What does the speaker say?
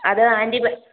അത് ആൻറ്റി